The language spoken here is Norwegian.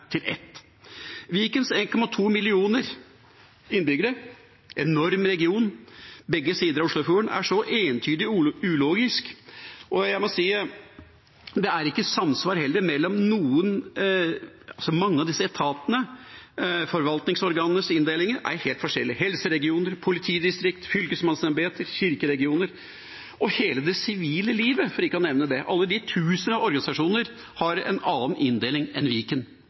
til ett. Vikens 1,2 millioner innbyggere, en enorm region på begge sider av Oslofjorden, er så entydig ulogisk, og jeg må si at det er ikke samsvar mellom mange av disse etatene. Forvaltningsetatenes inndeling er helt forskjellig, helseregioner, politidistrikt, fylkesmannsembeter, kirkeregioner – og hele det sivile livet, for ikke å glemme det. Alle de tusener av organisasjoner har en annen inndeling enn Viken.